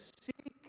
seek